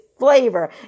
Flavor